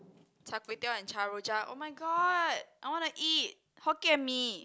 Char-Kway-Teow and char rojak oh my god I wanna eat Hokkien-Mee